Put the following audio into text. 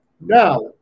Now